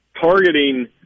targeting